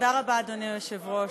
תודה רבה, אדוני היושב-ראש.